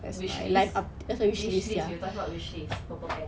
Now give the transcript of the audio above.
wish list wish list you talking about wish list purple pants